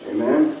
Amen